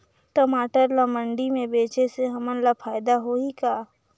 टमाटर ला मंडी मे बेचे से हमन ला फायदा होही का?